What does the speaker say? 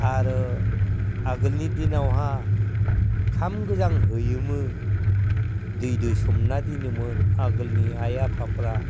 आरो आगोलनि दिनावहा ओंखाम गोजां हैयोमोन दैजों सोमना दोनोमोन आगोलनि आइ आफाफोरा